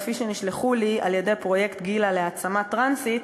שנשלחו אלי על-ידי "פרויקט גילה להעצמה טרנסית",